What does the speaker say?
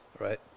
right